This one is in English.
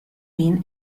been